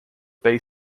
bay